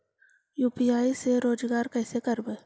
UPI से रोजगार कैसे करबय?